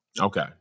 Okay